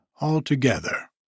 Altogether